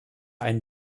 einen